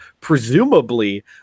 presumably